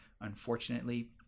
Unfortunately